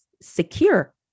secure